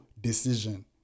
decision